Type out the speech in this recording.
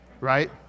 right